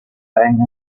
bang